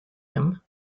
him